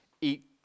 eat